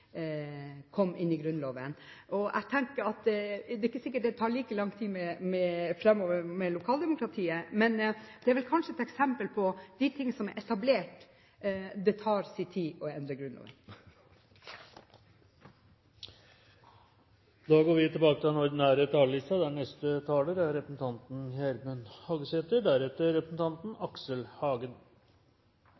kom inn i Grunnloven. Det er ikke sikkert det tar like lang tid framover med lokaldemokratiet, men det er kanskje et eksempel på de ting som er etablert. Det tar sin tid å endre Grunnloven. Replikkordskiftet er omme. Det som vi behandlar her i dag, er altså Meld. St. 12, og tittelen er: Stat og kommune – styring og samspel. Det er